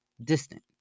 distant